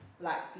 black